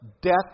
death